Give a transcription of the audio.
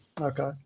Okay